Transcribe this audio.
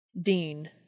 Dean